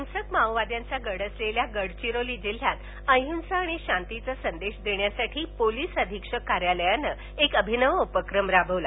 हिंसक माबोवाद्यांचा गड असलेल्या गडचिरोली जिल्ह्यात अहिंसा थाणि शांतीचा संदेश देण्यासाठी पोलीस अधिक्षक कार्यालयानं एक अभिनव उपक्रम राबवला